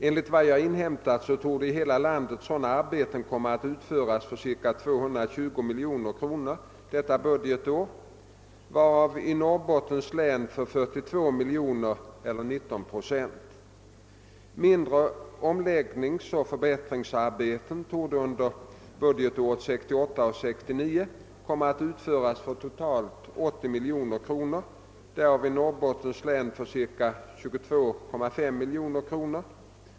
Enligt vad jag inhämtat torde i hela landet sådana arbeten komma att utföras för 220 miljoner kronor detta budgetår, varav i Norrbottens län för 42 miljoner kronor eller 19 procent. Mindre omläggningsoch förbättringsarbeten torde under budgetåret 1968/69 komma att utföras för totalt 80 miljoner kronor, därav i Norrbottens län för 22,5 miljoner kronor.